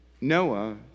Noah